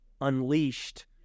unleashed